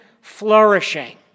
flourishing